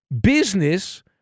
business